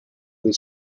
del